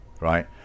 right